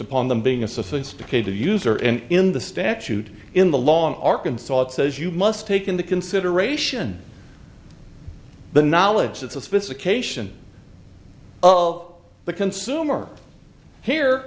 upon them being a sophisticated user and in the statute in the long arc and so it says you must take into consideration the knowledge that sophistication well the consumer here